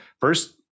first